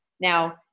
Now